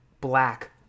black